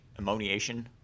ammoniation